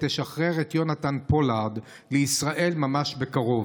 תשחרר את יונתן פולארד לישראל ממש בקרוב,